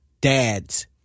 dads